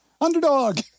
Underdog